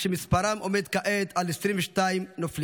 ומספרם עומד כעת על 22 נופלים.